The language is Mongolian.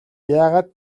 яагаад